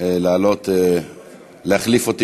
לעלות להחליף אותי,